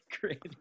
great